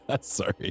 Sorry